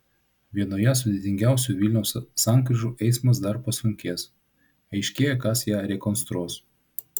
vienoje sudėtingiausių vilniaus sankryžų eismas dar pasunkės aiškėja kas ją rekonstruos